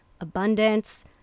abundance